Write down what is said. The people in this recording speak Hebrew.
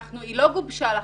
היא לא גובשה לחלוטין,